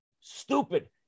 stupid